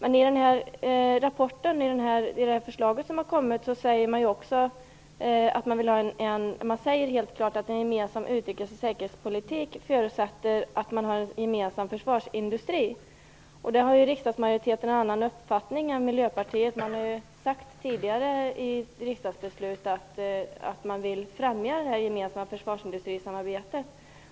I det här förslaget står det tydligt att en gemensam utrikes och säkerhetspolitik förutsätter en gemensam försvarsindustri. Riksdagsmajoriteten har en annan uppfattning än Miljöpartiet i den frågan. I tidigare riksdagsbeslut har det sagts att man vill främja det gemensamma försvarsindustrisamarbetet.